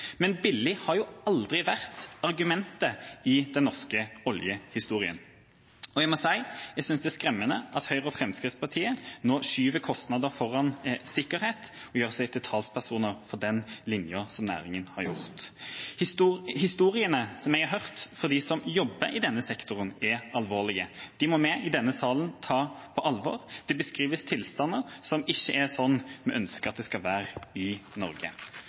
Men billig har jo aldri vært argumentet i den norske oljehistorien. Og jeg må si at jeg synes det er skremmende at Høyre og Fremskrittspartiet nå skyver kostnader foran sikkerhet og gjør seg til talspersoner for den linja som næringen har lagt seg på. De historiene jeg har hørt fra dem som jobber i denne sektoren, er alvorlige. De må vi i denne salen ta på alvor. Det beskrives tilstander som ikke er sånn vi ønsker at det skal være i Norge.